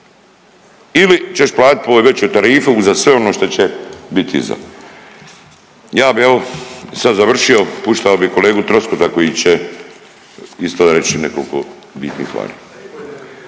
ili ćeš platiti po ovoj većoj tarifi uza sve ono što će biti iza. Ja bih evo sad završio, puštao bih kolegu Troskota koji će isto reći nekoliko bitnih stvari.